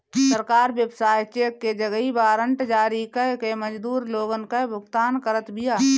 सरकार व्यवसाय चेक के जगही वारंट जारी कअ के मजदूर लोगन कअ भुगतान करत बिया